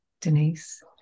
Denise